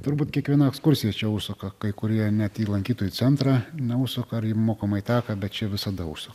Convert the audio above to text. turbūt kiekviena ekskursija čia užsuka kai kurie net į lankytojų centrą na užsuka ar į mokomąjį taką bet čia visada užsu